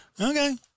Okay